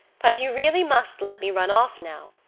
but you really must let me run off now.